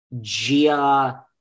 Gia